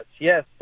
yes